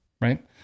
Right